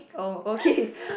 oh okay